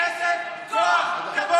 כסף, כוח כבוד.